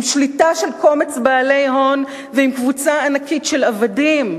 עם שליטה של קומץ בעלי הון ועם קבוצה ענקית של עבדים.